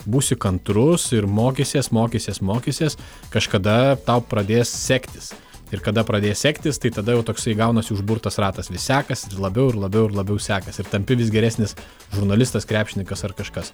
būsi kantrus ir mokysies mokysies mokysies kažkada tau pradės sektis ir kada pradės sektis tai tada jau toksai gaunasi užburtas ratas vis sekasi labiau ir labiau ir labiau sekas ir tampi vis geresnis žurnalistas krepšininkas ar kažkas